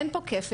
אין פה כפל.